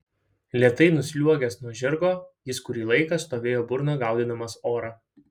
lėtai nusliuogęs nuo žirgo jis kurį laiką stovėjo burna gaudydamas orą